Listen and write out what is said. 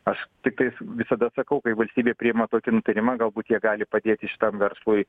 aš tiktai visada sakau kai valstybė priima tokį nutarimą galbūt jie gali padėti šitam verslui